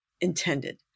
intended